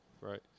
right